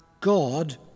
God